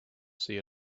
see